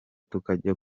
tukajya